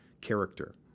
character